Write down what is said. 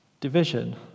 division